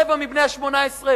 רבע מבני ה-18,